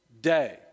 day